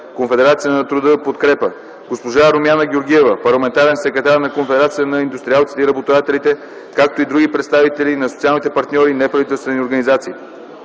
Конфедерация на труда „Подкрепа”, госпожа Румяна Георгиева - парламентарен секретар на Конфедерацията на индустриалците и работодателите в България, както и други представители на социалните партньори и неправителствени организации.